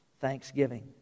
thanksgiving